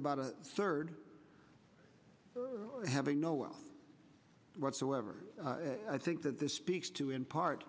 about a third having no wealth whatsoever i think that this speaks to in part